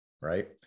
right